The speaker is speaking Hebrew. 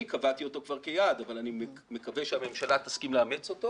אני קבעתי אותו כבר כיעד אבל אני מקווה שהממשלה תסכים לאמץ אותו.